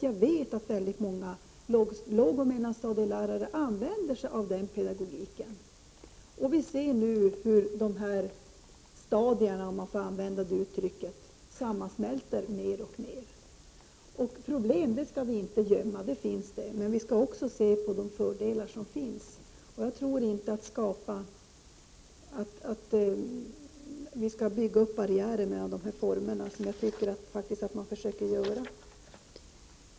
Jag vet att många lågoch mellanstadielärare använder sig av den pedagogiken. Vi ser nu hur stadierna, för att använda det uttrycket — sammansmälter mer och mer. Problem finns, och dem skall vi inte gömma, men vi skall också se till fördelarna. Jag tycker inte att vi skall bygga upp barriärer mellan förskola och skola, vilket somliga försöker göra.